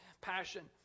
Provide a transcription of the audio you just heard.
Passion